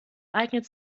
eignet